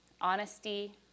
honesty